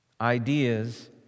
ideas